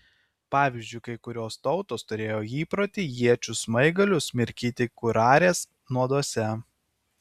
pavyzdžiui kai kurios tautos turėjo įprotį iečių smaigalius mirkyti kurarės nuoduose